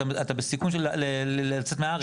אתה בסיכון של יציאה מהארץ.